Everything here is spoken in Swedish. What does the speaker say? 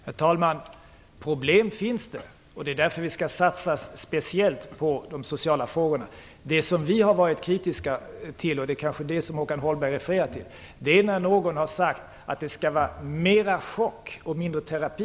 Herr talman! Det finns problem. Det är därför vi skall satsa speciellt på de sociala frågorna. Det som vi har varit kritiska till - och det kanske är det som Håkan Holmberg refererar till - är när någon har sagt att det skall vara mera chock och mindre terapi.